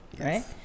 right